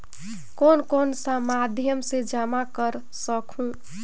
कौन कौन सा माध्यम से जमा कर सखहू?